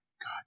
God